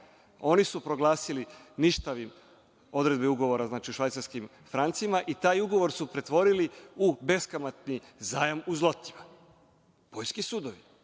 Oni su proglasili ništavim odredbe ugovora u švajcarskim francima i taj ugovor su pretvorili u beskamatni zajam u zlotima. Poljski sudovi,